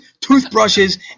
toothbrushes